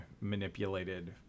manipulated